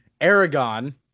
Aragon